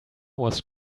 was